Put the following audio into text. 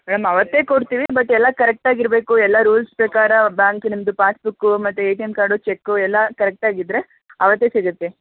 madam ಅವತ್ತೇ ಕೊಡ್ತೀವಿ but ಎಲ್ಲ ಕರೆಕ್ಟಾಗಿರಬೇಕು ಎಲ್ಲ ರೂಲ್ಸ್ ಪ್ರಕಾರ ಬ್ಯಾಂಕ್ ನಿಮ್ದು ಪಾಸ್ ಬುಕ್ಕು ಮತ್ತು ಎಟಿಎಮ್ ಕಾರ್ಡು ಚೆಕ್ಕು ಎಲ್ಲ ಕರೆಕ್ಟಾಗಿದ್ರೆ ಆವತ್ತೇ ಸಿಗುತ್ತೆ